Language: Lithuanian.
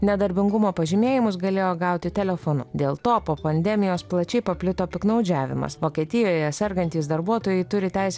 nedarbingumo pažymėjimus galėjo gauti telefonu dėl to po pandemijos plačiai paplito piktnaudžiavimas vokietijoje sergantys darbuotojai turi teisę